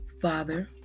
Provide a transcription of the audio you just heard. Father